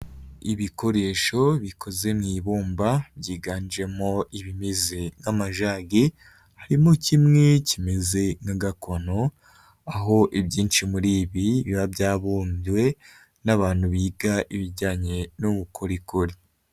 Ibikoresho bikoze mu ibumba, byiganjemo ibimeze nk'amajage, harimo kimwe kimeze nk'agakono, aho ibyinshi muri ibi, biba byabumbywe n'abantu biga ibijyanye n'ubukorikori.